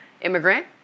immigrant